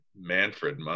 Manfred